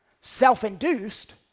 self-induced